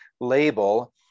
label